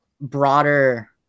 broader